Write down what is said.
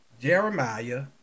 Jeremiah